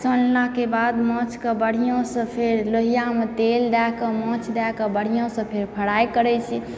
सानलाक बाद माछकऽ बढ़िआँसँ फेर लोहिआमऽ तेल दएकऽ माछ दएकऽ बढ़िआँसँ फेर फ्राइ करैत छी